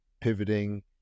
pivoting